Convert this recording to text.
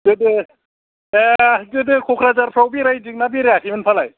दे दे बे गोदो क'क्राझारफ्राव बेरायदों ना बेरायाखैमोनफालाय